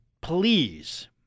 please